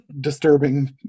disturbing